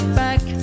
back